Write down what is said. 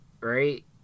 Right